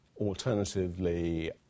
alternatively